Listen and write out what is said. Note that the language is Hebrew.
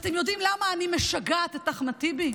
ואתם יודעים למה אני משגעת את אחמד טיבי?